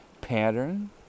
pattern